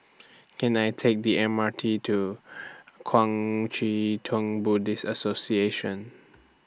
Can I Take The M R T to Kuang Chee Tng Buddhist Association